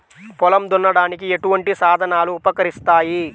పొలం దున్నడానికి ఎటువంటి సాధనాలు ఉపకరిస్తాయి?